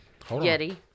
Yeti